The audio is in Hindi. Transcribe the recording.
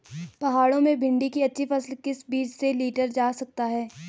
पहाड़ों में भिन्डी की अच्छी फसल किस बीज से लीटर जा सकती है?